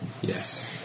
Yes